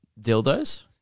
Dildos